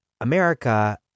America